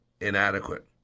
inadequate